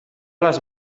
les